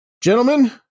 Gentlemen